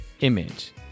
image